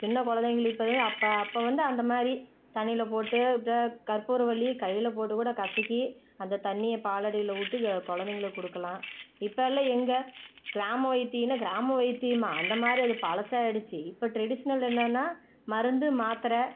சின்ன குழந்தைங்களுக்கு ப அப்போ அப்போ வந்து அந்த மாதிரி தண்ணியில் போட்டு கற்பூரவல்லி கையில் போட்டு கூட கசக்கி அந்த தண்ணியை பாலாடையில் விட்டு க குழந்தைங்களுக்கு கொடுக்கலாம் இப்போல்லாம் எங்கள் கிராம வைத்தியனால் கிராம வைத்தியமா அந்த மாதிரி அது பழசாயிடுத்து இப்போ டிரெடிஷனல் என்னன்னால் மருந்து மாத்திரை